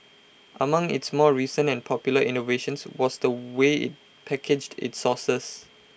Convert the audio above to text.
among its more recent and popular innovations was the way IT packaged its sauces